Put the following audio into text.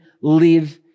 live